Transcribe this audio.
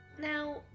Now